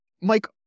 Mike